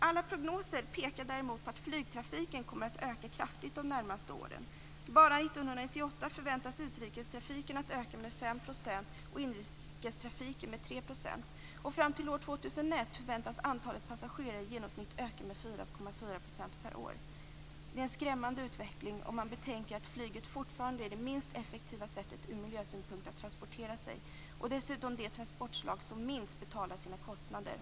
Alla prognoser pekar däremot på att flygtrafiken kommer att öka kraftigt de närmaste åren. Bara 1998 förväntas utrikestrafiken öka med 5 % och inrikestrafiken med 3 %. Fram till år 2001 förväntas antalet passagerare i genomsnitt öka med 4,4 % per år. Det är en skrämmande utveckling, om man betänker att flyget fortfarande är det minst effektiva sättet från miljösynpunkt att transportera sig. Dessutom är flyget det transportslag som minst betalar sina kostnader.